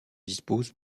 dispose